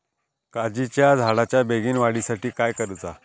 काजीच्या झाडाच्या बेगीन वाढी साठी काय करूचा?